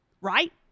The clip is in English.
right